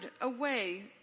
away